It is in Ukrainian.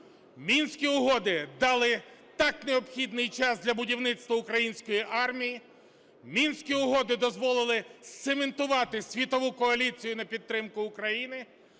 Мінські угоди дали так необхідний час для будівництва української армії. Мінські угоди дозволили зцементувати світову коаліцію на підтримку України.